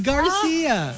Garcia